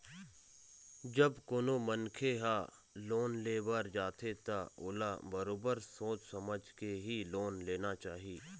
जब कोनो मनखे ह लोन ले बर जाथे त ओला बरोबर सोच समझ के ही लोन लेना चाही